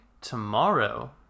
tomorrow